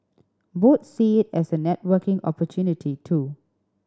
both see it as a networking opportunity too